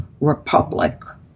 republic